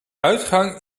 uitgang